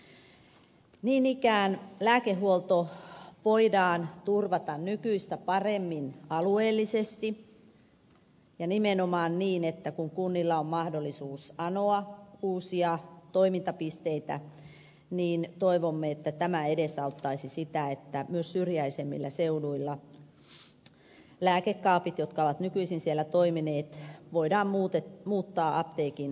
niin ikään lääkehuolto voidaan turvata nykyistä paremmin alueellisesti ja nimenomaan niin että kun kunnilla on mahdollisuus anoa uusia toimintapisteitä niin toivomme että tämä edesauttaisi sitä että myös syrjäisemmillä seuduilla lääkekaapit jotka ovat nykyisin siellä toimineet voidaan muuttaa apteekin palvelupisteiksi